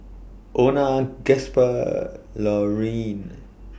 Ona Gasper Laurene